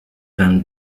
erano